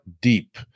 deep